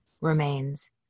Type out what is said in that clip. remains